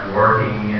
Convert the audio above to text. working